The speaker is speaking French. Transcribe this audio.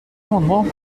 amendement